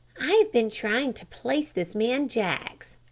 i have been trying to place this man jaggs,